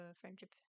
friendship